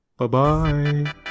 Bye-bye